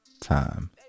time